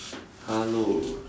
hello